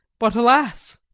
but alas!